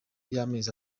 y’amezi